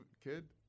kid